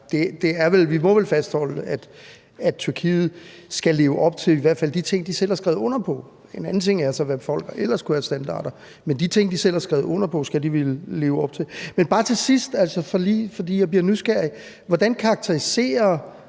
vi må vel fastholde, at Tyrkiet skal leve op til i hvert fald de ting, de selv har skrevet under på. En anden ting er så, hvad folk så ellers kunne have af standarder, men de ting, de selv har skrevet under på, skal de vel leve op til. Men bare til sidst vil jeg spørge, for jeg bliver nysgerrig: Hvordan karakteriserer